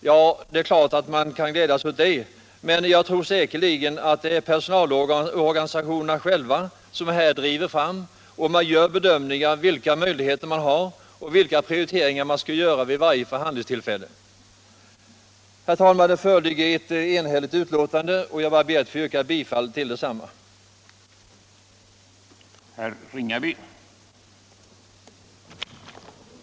Jag vill inte ta ifrån honom glädjen att anse det, men jag tror att personalorganisationerna själva driver på och bedömer vilka möjligheter som finns och vilka prioriteringar som skall göras vid varje förhandlingstillfälle. Det föreligger ett enhälligt betänkande, och jag yrkar bifall till utskottets hemställan.